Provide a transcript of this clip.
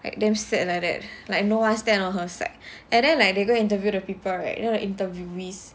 like damn sad like that like no one stand on her side and then like they go interview the people right you know the interviewees